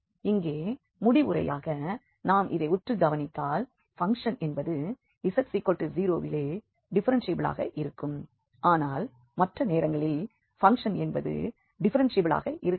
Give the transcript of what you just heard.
இங்கே முடிவுரையாக நாம் இதை உற்று கவனித்தால் பங்க்ஷன் என்பது z0 விலே டிஃப்ஃபெரென்ஷியபிளாக இருக்கும் ஆனால் மற்ற நேரங்களில் பங்க்ஷன் என்பது டிஃப்ஃபெரென்ஷியபிளாக இருக்காது